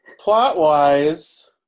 plot-wise